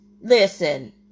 listen